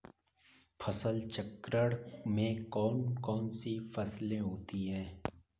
फसल चक्रण में कौन कौन सी फसलें होती हैं?